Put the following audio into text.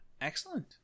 Excellent